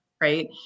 right